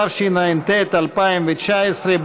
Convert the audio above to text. התשע"ט 2018,